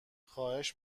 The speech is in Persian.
خواهش